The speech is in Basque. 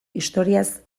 historiaz